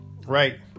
right